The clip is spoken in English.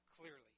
clearly